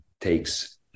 takes